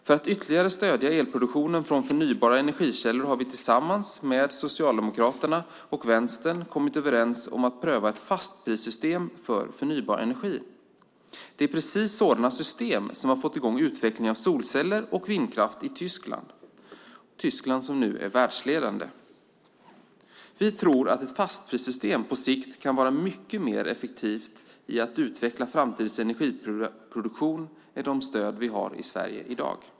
För att ytterligare stödja elproduktion från förnybara energikällor har vi tillsammans med Socialdemokraterna och Vänstern kommit överens om att pröva ett fastprissystem för förnybar energi. Det är precis sådana system som har fått i gång utvecklingen av solceller och vindkraft i Tyskland, som nu är världsledande. Vi tror att ett fastprissystem på sikt kan vara mycket mer effektivt i att utveckla framtidens energiproduktion än de stöd vi har i Sverige i dag.